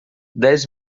dez